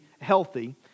healthy